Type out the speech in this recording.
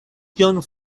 kion